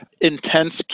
intense